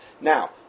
Now